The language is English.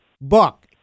book